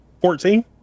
Fourteen